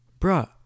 Bruh